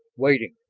waiting.